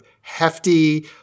hefty